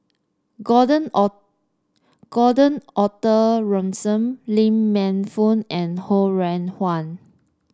Gordon Gordon Arthur Ransome Lee Man Fong and Ho Rih Hwa